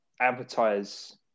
advertise